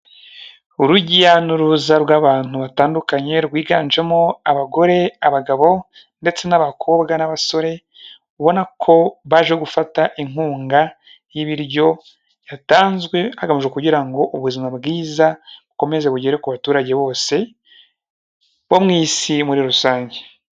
Urujya n'uruza rw'abantu batandukanye rwiganjemo abagore, abagabo ndetse n'abakobwa n'abasore, ubona ko baje gufata inkunga y'ibiryo yatanzwe hagamijwe kugira ngo ubuzima bwiza bukomeze bugere ku baturage bose bo mu isi muri rusange.